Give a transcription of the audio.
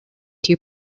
two